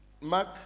Mark